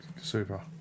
Super